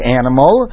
animal